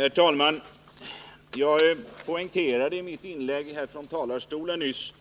Herr talman! Jag poängterade i mitt inlägg nyss